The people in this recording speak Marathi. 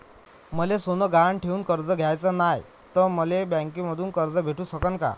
मले सोनं गहान ठेवून कर्ज घ्याचं नाय, त मले बँकेमधून कर्ज भेटू शकन का?